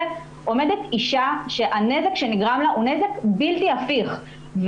עומדת אישה שהנזק שנגרם לה הוא נזק בלתי הפיך.